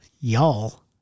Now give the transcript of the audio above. Y'all